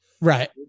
Right